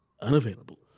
unavailable